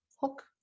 hook